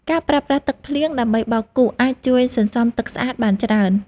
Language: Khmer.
ការប្រើប្រាស់ទឹកភ្លៀងដើម្បីបោកគក់អាចជួយសន្សំទឹកស្អាតបានច្រើន។